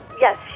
Yes